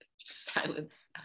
silence